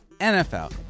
NFL